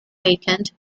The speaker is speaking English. vacant